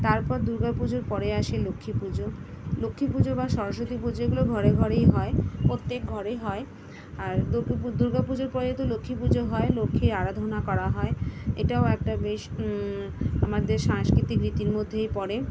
তারপর দুর্গা পুজোর পরে আসে লক্ষ্মী পুজো লক্ষ্মী পুজো বা সরস্বতী পুজো এগুলো ঘরে ঘরেই হয় প্রত্যেক ঘরে হয় আর দোপি পু দুর্গা পুজোর পরেই তো লক্ষ্মী পুজো হয় লক্ষ্মীর আরাধনা করা হয় এটাও একটা বেশ আমাদের সাংস্কৃতিক রীতির মধ্যেই পড়ে